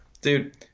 Dude